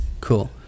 Cool